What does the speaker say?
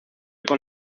con